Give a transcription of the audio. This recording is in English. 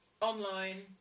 online